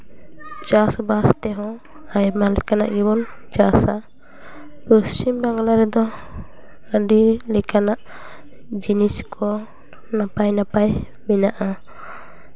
ᱪᱟᱥᱼᱵᱟᱥ ᱛᱮᱦᱚᱸ ᱟᱭᱢᱟ ᱞᱮᱠᱟᱱᱟᱜ ᱜᱮᱵᱚᱱ ᱪᱟᱥᱟ ᱯᱚᱥᱪᱷᱤᱢ ᱵᱟᱝᱞᱟ ᱨᱮᱫᱚ ᱟᱹᱰᱤ ᱞᱮᱠᱟᱱᱟᱜ ᱡᱤᱱᱤᱥ ᱠᱚ ᱱᱟᱯᱟᱭ ᱱᱟᱯᱟᱭ ᱢᱮᱱᱟᱜᱼᱟ